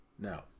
Now